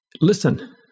listen